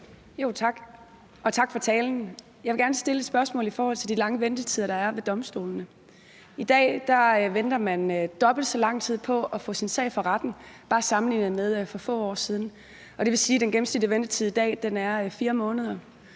Tak, og tak for talen. Jeg vil gerne stille et spørgsmål i forhold til de lange ventetider, der er ved domstolene. I dag venter man dobbelt så lang tid på at få sin sag for retten sammenlignet med bare for få år siden, og det vil sige, at den gennemsnitlige ventetid i dag er 4 måneder.